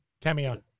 Cameo